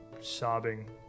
sobbing